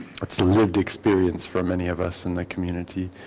lived experience for many of us in the community.